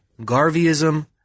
Garveyism